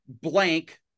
blank